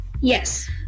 yes